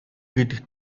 гэдэгт